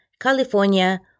California